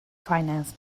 finance